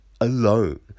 Alone